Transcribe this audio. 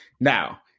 Now